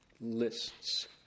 lists